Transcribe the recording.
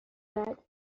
خورد